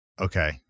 Okay